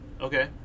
Okay